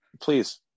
Please